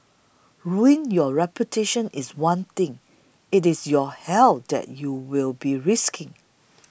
ruining your reputation is one thing it is your health that you will be risking